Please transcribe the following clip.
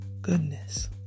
goodness